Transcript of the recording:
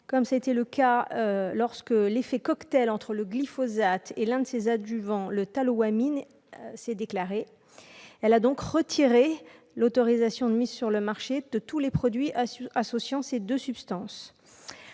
comme ce fut le cas lorsque l'effet cocktail entre le glyphosate et l'un de ses adjuvants, la tallowamine, s'est déclaré. Elle a alors retiré l'autorisation de mise sur le marché de tous les produits associant ces deux substances.